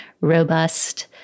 robust